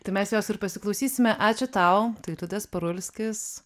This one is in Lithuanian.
tai mes jos ir pasiklausysime ačiū tau tai liudas parulskis